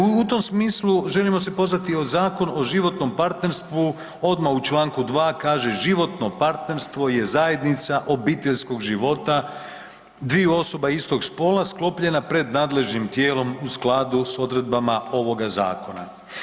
U tom smislu želimo se pozvati o Zakon o životnom partnerstvu odma u čl. 2. kaže životno partnerstvo je zajednica obiteljskog života dviju osoba istog spola sklopljena pred nadležnim tijelom u skladu s odredbama ovoga zakona.